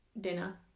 dinner